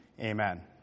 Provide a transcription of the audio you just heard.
amen